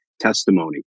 testimony